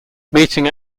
meeting